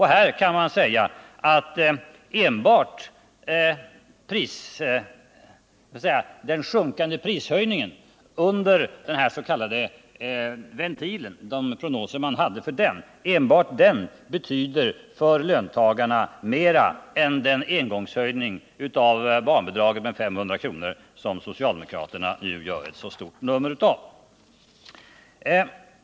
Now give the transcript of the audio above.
Här kan man säga att enbart den sjunkande prishöjningen under den s.k. ventilen betyder för löntagarna mera än den engångshöjning av barnbidragen med 500 kr. som socialdemokraterna nu gör så stort nummer av.